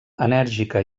enèrgica